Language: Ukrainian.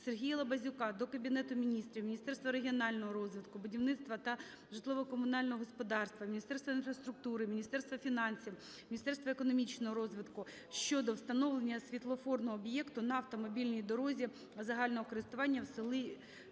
Сергія Лабазюка до Кабінету Міністрів, Міністерства регіонального розвитку, будівництва та житлово-комунального господарства, Міністерства інфраструктури, Міністерства фінансів, Міністерства економічного розвитку щодо встановлення світлофорного об'єкту на автомобільній дорозі загального користування в селі